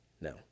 No